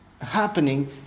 happening